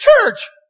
church